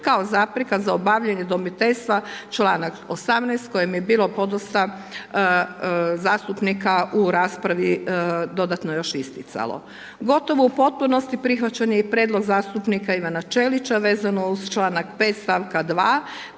kao zapreka za obavljanje udomiteljstva čl. 18. kojim je bilo podosta zastupnika u raspravi dodatno još isticalo. Gotovo u potpunosti prihvaćen je i Prijedlog zastupnika Ivana Čelića vezano uz čl. 5. st. 2.,